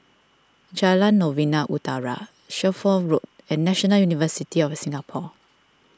Jalan Novena Utara Shelford Road and National University of Singapore